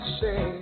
say